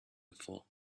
before